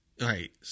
Right